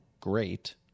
great